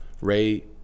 Ray